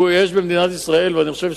אני חושב,